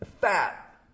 fat